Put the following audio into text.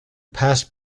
passed